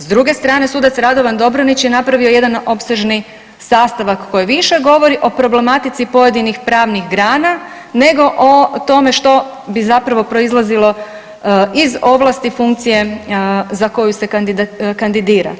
S druge strane sudac Radovan Dobranić je napravio jedan opsežni sastavak koji više govori o problematici pojedinih pravnih grana nego o tome što bi zapravo proizlazilo iz ovlasti funkcije za koju se kandidira.